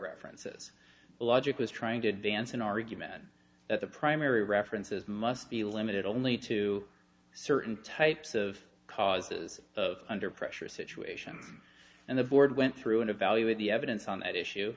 references a logic was trying to advance an argument that the primary references must be limited only to certain types of causes of under pressure situation and the board went through and evaluate the evidence on that issue